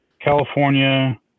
California